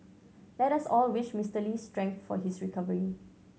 let us all wish Mister Lee strength for his recovery